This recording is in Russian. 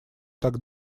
так